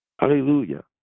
Hallelujah